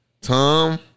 Tom